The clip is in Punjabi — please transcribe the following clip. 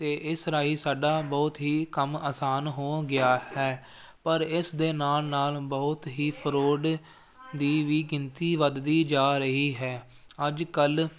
ਤੇ ਇਸ ਰਾਹੀਂ ਸਾਡਾ ਬਹੁਤ ਹੀ ਕੰਮ ਆਸਾਨ ਹੋ ਗਿਆ ਹੈ ਪਰ ਇਸ ਦੇ ਨਾਲ ਨਾਲ ਬਹੁਤ ਹੀ ਫਰੋਡ ਦੀ ਵੀ ਗਿਣਤੀ ਵੱਧਦੀ ਜਾ ਰਹੀ ਹੈ ਅੱਜ ਕੱਲ੍ਹ